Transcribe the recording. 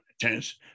chance